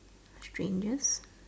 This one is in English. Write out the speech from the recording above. strangers